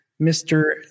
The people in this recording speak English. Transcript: Mr